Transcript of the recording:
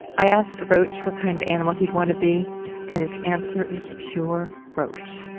i asked rauch what kind of animal he'd want to be and his answer is pure rauch.